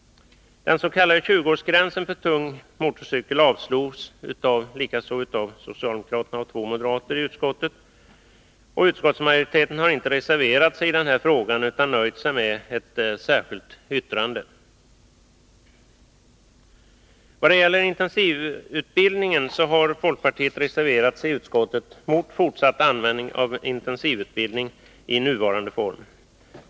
Förslaget om en 20-årsgräns för förande av tung motorcykel avstyrks av socialdemokraterna och två moderater i utskottet. Utskottsminoriteten har inte reserverat sig i denna fråga utan nöjt sig med ett särskilt yttrande. Folkpartiet har i utskottet reserverat sig mot fortsatt användning av intensivutbildning i dess nuvarande form.